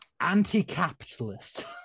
anti-capitalist